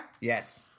Yes